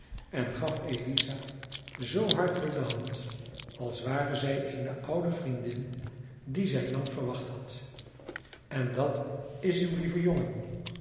en gaf eliza zoo hartelijk de hand als ware zij eene oude vriendin die zij lang verwacht had en dat is uw lieve jongen